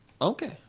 Okay